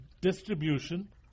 distribution